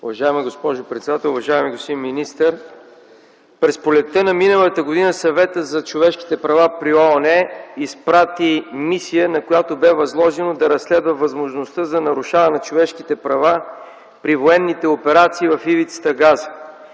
Уважаема госпожо председател, уважаеми господин министър! През пролетта на миналата година, Съветът за човешките права при ООН изпрати мисия, на която бе възложено да разследва възможността за нарушаване на човешките права при военните операции в Ивицата Газа